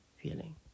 feeling